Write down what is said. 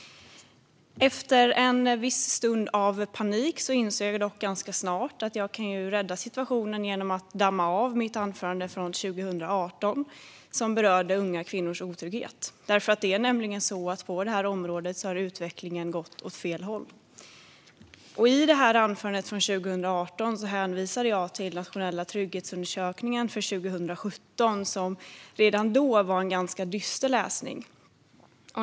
Efter en stunds panik insåg jag dock att jag kunde rädda situationen genom att damma av mitt anförande om kvinnors otrygghet från 2018. På detta område har utvecklingen nämligen inte gått framåt. I mitt anförande från 2018 hänvisade jag till Nationella trygghetsundersökningen för 2017, som då var ganska dyster läsning.